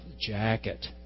jacket